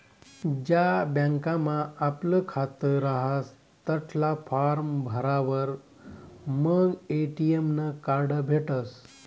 ज्या बँकमा आपलं खातं रहास तठला फार्म भरावर मंग ए.टी.एम नं कार्ड भेटसं